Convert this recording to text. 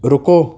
رکو